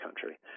country